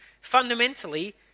fundamentally